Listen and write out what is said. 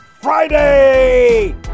Friday